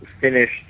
finished